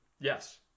Yes